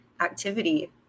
activity